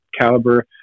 caliber